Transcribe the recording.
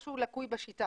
משהו לקוי בשיטה.